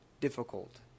difficult